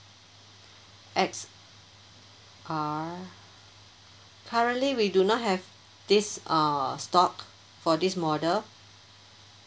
X R currently we do not have this uh stock for this model